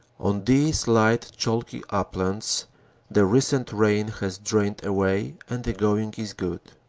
on these light chalky uplands the recent rain has drained away and the going is good.